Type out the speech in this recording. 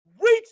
reach